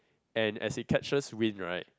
and as it catches wind right